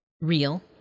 real